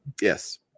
yes